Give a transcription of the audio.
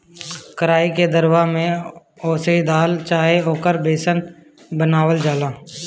कराई के दरवा के ओसे दाल चाहे ओकर बेसन बनावल जाला